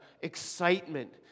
excitement